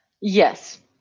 Yes